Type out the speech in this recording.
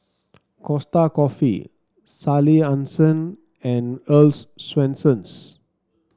Costa Coffee Sally Hansen and Earl's Swensens